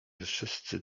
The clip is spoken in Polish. wszyscy